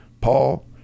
Paul